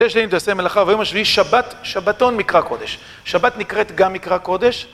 יום השישי תעשה מלאכה, והיום השביעי היא שבת, שבתון, מקרא קודש. שבת נקראת גם מקרא קודש.